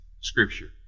scripture